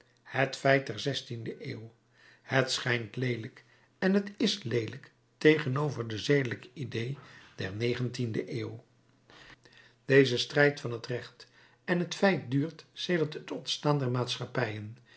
het feit der zestiende eeuw het schijnt leelijk en het is leelijk tegenover de zedelijke idée der negentiende eeuw deze strijd van het recht en het feit duurt sedert het ontstaan der maatschappijen